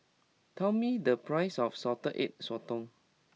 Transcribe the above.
tell me the price of Salted Egg Sotong